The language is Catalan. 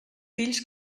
fills